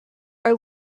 are